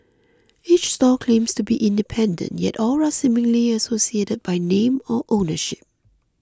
each stall claims to be independent yet all are seemingly associated by name or ownership